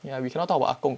ya we cannot talk about 阿公